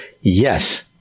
yes